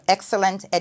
Excellent